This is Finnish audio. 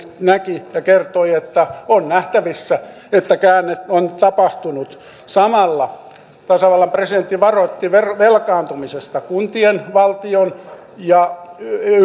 näki ja kertoi että on nähtävissä että käänne on tapahtunut samalla tasavallan presidentti varoitti velkaantumisesta kuntien valtion ja